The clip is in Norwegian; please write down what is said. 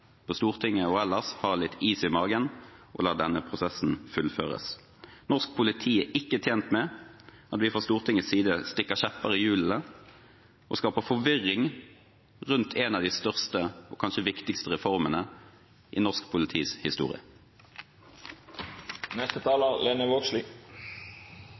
på Stortinget og ellers ha litt is i magen og la denne prosessen fullføres. Norsk politi er ikke tjent med at vi fra Stortingets side stikker kjepper i hjulene og skaper forvirring rundt en av de største og kanskje viktigste reformene i norsk politis historie.